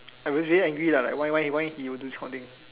I was very angry lah like why why why would he do this kind of thing